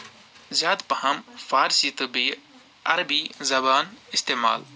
زیادٕ پَہم فارسی تہٕ بیٚیہِ عربی زَبان اِستعمال